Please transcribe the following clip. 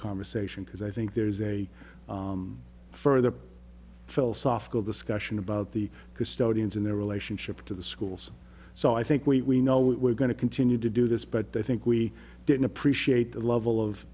conversation because i think there's a further philosophical discussion about the custodians and their relationship to the schools so i think we know what we're going to continue to do this but i think we didn't appreciate the level of